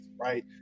right